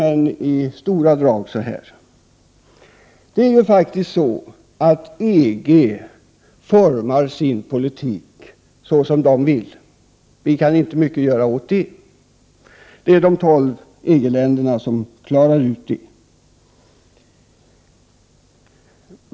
Men i stora drag ser jag det på följande sätt. EG formar faktiskt sin politik såsom EG själv vill. Vii Sverige kan inte göra något åt det. Det är de tolv EG-länderna som klarar ut det.